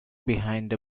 behind